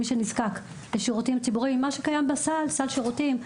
מי שנזקק לשירותים ציבוריים מה שקיים בסל שירותים,